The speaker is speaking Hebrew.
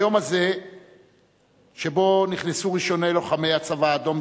ביום הזה נכנסו ראשוני לוחמי הצבא האדום